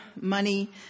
money